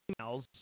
emails